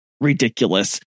ridiculous